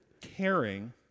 Caring